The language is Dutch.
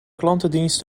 klantendienst